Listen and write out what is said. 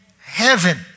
heaven